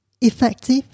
effective